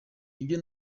ibyo